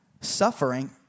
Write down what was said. suffering